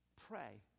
Pray